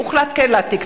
הוחלט כן להעתיק.